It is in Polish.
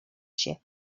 się